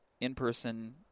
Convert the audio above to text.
in-person